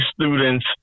students